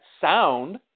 sound